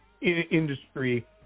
industry